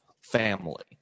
family